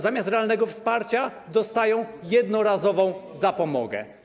Zamiast realnego wsparcia dostają jednorazową zapomogę.